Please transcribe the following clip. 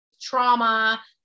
trauma